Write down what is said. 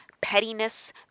pettiness